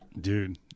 dude